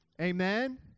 Amen